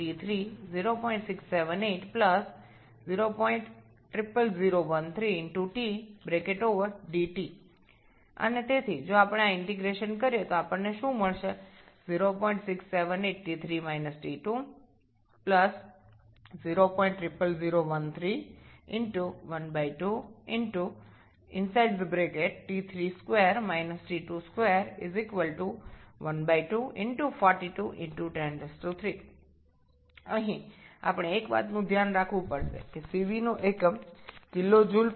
𝑚𝑓 𝐶𝑉 T2T3mmixcvdT সুতরাং আমরা বলতে পারি mfmmixcvT2T30678000013TdT এবং তাই আমরা যদি এই ইন্টিগ্রেশন টি করি তবে আমরা যা পেতে যাচ্ছি তা হল 0678𝑇3 − 𝑇2 00001312𝑇32 − 𝑇22 1242103 একটি বিষয়ে আমাদের সতর্ক থাকতে হবে যে cv একক দেওয়া আছে kJkg